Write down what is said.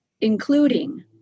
including